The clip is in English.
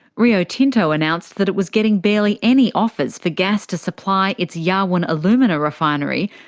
rio tinto announced that it was getting barely any offers for gas to supply its yarwun alumina refinery,